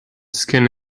skin